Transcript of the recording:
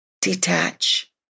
Detach